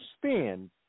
spend